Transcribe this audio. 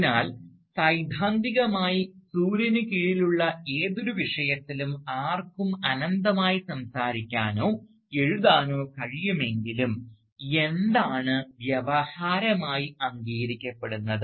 അതിനാൽ സൈദ്ധാന്തികമായി സൂര്യനു കീഴിലുള്ള ഏതൊരു വിഷയത്തിലും ആർക്കും അനന്തമായി സംസാരിക്കാനോ എഴുതാനോ കഴിയുമെങ്കിലും എന്താണ് വ്യവഹാരമായി അംഗീകരിക്കപ്പെടുന്നത്